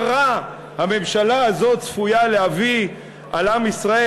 רע הממשלה הזאת צפויה להביא על עם ישראל,